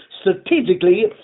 strategically